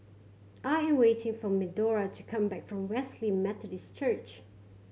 I am waiting for Medora to come back from Wesley Methodist Church